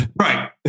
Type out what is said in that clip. right